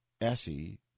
S-E